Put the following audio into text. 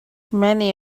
many